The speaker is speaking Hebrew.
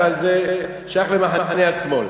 אבל זה שייך למחנה השמאל.